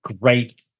great